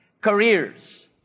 careers